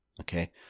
Okay